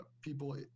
people